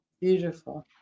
Beautiful